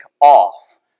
off